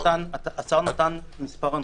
השר נתן מספר הנחיות.